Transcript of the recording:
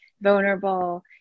vulnerable